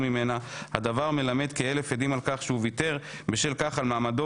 ממנה הדבר מלמד כאלף עדים על כך שהוא ויתר בשל כך על מעמדו